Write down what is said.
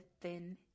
thin